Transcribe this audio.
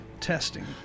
testing